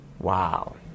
Wow